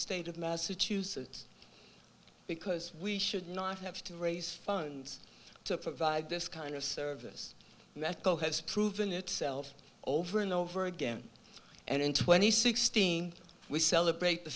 state of massachusetts because we should not have to raise funds to provide this kind of service and that goal has proven itself over and over again and in twenty sixteen we celebrate the